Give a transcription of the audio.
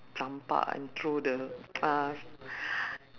campak and throw the uh